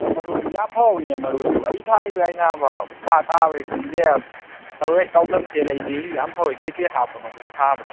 ꯃꯔꯣꯏꯗꯨ ꯌꯥꯝ ꯐꯍꯧꯋꯤꯅꯦ ꯃꯔꯣꯏꯗꯨ ꯑꯩ ꯊꯥꯔꯤꯕꯁꯤꯗꯤ ꯅꯥꯕ ꯎꯟꯈꯥ ꯇꯥꯕꯩꯔꯥ ꯈꯪꯗꯦ ꯃꯔꯣꯏ ꯆꯥꯎꯗꯝꯁꯦ ꯂꯩꯇꯦ ꯏꯅꯦꯍꯣꯏꯗꯤ ꯌꯥꯝ ꯐꯍꯧꯋꯤ ꯀꯩꯀꯩ ꯍꯥꯞꯄꯅꯣ ꯑꯗꯨꯕꯨ ꯊꯥꯕꯗ